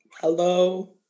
Hello